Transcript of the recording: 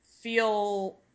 feel